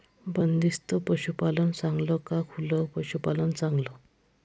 बंदिस्त पशूपालन चांगलं का खुलं पशूपालन चांगलं?